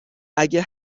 اگه